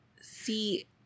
see